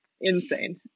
insane